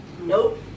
Nope